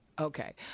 Okay